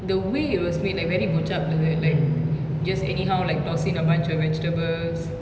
the way it was made like very bo chup like that like just anyhow like toss in a bunch of vegetables